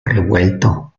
revuelto